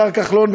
השר כחלון,